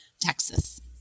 Texas